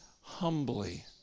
Humbly